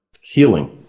healing